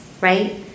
right